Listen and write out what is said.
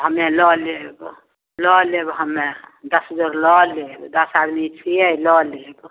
हमे लऽ लेब लऽ लेब हमे दस गो लऽ लेब दस आदमी छिए लऽ लेब